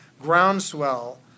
groundswell